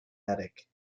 attic